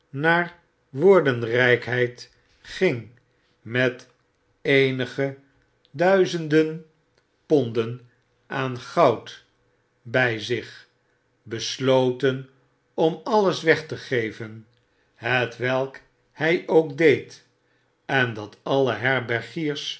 naar woordenrpheid ging met eenige duizende ponden aan goud by zich besloten om alles weg te geven hetwelk hy ook deed en dat alle herbergiers